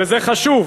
וזה חשוב,